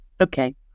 Okay